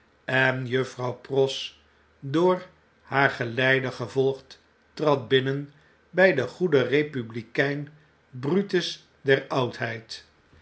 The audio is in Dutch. en juffrouw pross door haar geleider gevolgd trad binnen btj den goeden republikein brutus der oudheid